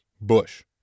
Bush